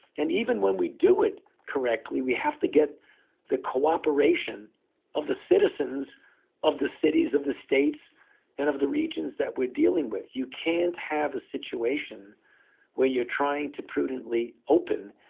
and even when we do it correctly, we have to get the cooperation of the citizens of the cities, of the states and of the regions that we're dealing with. you can't have a situation where you're trying to prudently open.